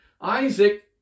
Isaac